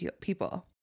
people